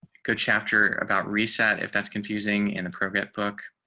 good chapter about reset if that's confusing and appropriate book.